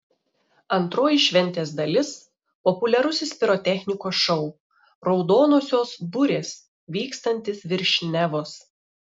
antroji šventės dalis populiarusis pirotechnikos šou raudonosios burės vykstantis virš nevos